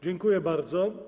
Dziękuję bardzo.